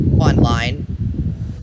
online